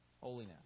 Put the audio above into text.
holiness